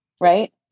Right